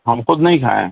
ہم خود نہیں کھائیں